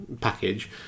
package